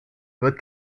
votre